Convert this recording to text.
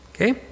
okay